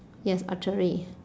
yes archery